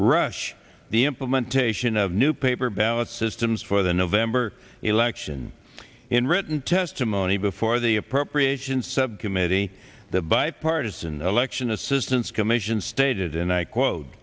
rush the implementation of new paper ballot systems for the november election in written testimony before the appropriations subcommittee the bipartisan election assistance